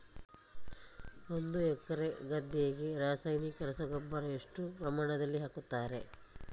ಒಂದು ಎಕರೆ ಗದ್ದೆಗೆ ರಾಸಾಯನಿಕ ರಸಗೊಬ್ಬರ ಎಷ್ಟು ಪ್ರಮಾಣದಲ್ಲಿ ಹಾಕುತ್ತಾರೆ?